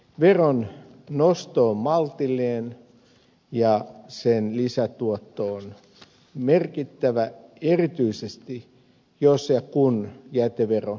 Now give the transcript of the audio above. veron nosto on maltillinen ja sen lisätuotto on merkittävä erityisesti jos ja kun jäteveron pohjaa laajennetaan